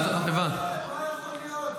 מה יכול להיות?